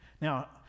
Now